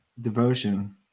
devotion